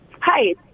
Hi